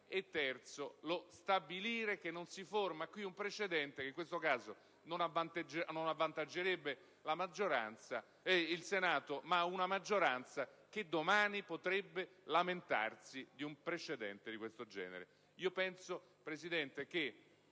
in terzo luogo, stabilendo che non si forma qui un precedente, che in questo caso non avvantaggerebbe il Senato, ma una maggioranza che domani potrebbe lamentarsi di un precedente di questo genere.